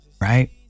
right